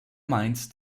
meint